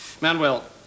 Manuel